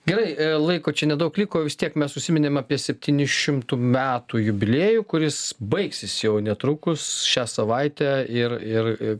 gerai laiko čia nedaug liko vis tiek mes užsiminėme apie septyni šimtų metų jubiliejų kuris baigsis jau netrukus šią savaitę ir ir